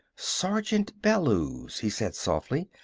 sergeant bellews, he said softly,